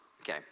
okay